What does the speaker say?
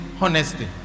honesty